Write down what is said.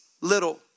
Little